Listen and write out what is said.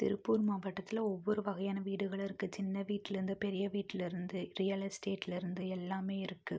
திருப்பூர் மாவட்டத்தில் ஒவ்வொரு வகையான வீடுகளும் இருக்கு சின்ன வீட்லருந்து பெரிய வீட்லருந்து ரியலெஸ்டேட்லருந்து எல்லாமே இருக்கு